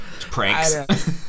pranks